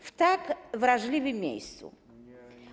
W tak wrażliwym miejscu.